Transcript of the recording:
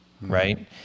right